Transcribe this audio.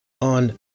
on